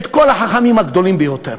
את כל החכמים הגדולים ביותר,